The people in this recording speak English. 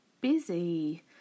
busy